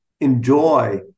enjoy